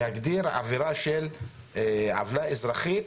זה להגדיר עבירה של עוולה אזרחית,